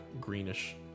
greenish